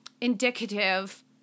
indicative